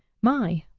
my,